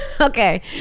Okay